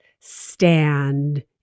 Stand